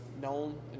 known